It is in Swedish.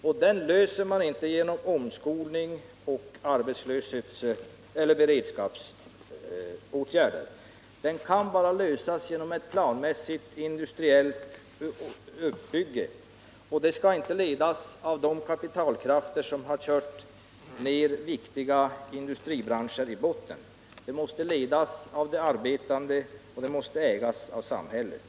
Det problemet löser man inte genom omskolning och beredskapsåtgärder. Det kan bara lösas genom en planmässig industriell utbyggnad, och den skall inte ledas av de kapitalkrafter som har kört ner viktiga industribranscher i botten. Den skall ledas av de arbetande och den måste ägas av samhället.